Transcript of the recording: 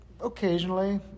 occasionally